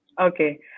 Okay